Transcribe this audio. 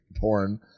porn